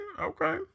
okay